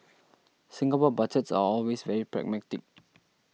Singapore Budgets are always very pragmatic